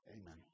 amen